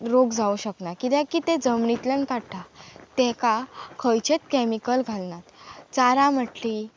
रोग जावं शकना कित्याक की तें जमनींतल्यान काडटा तेका खंयचेच कॅमिकल घालनात चारां म्हटलीं